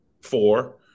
four